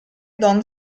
don